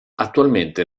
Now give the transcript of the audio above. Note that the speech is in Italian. attualmente